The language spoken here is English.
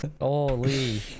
Holy